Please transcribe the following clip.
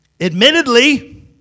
admittedly